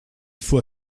faut